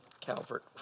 Calvert